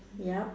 yup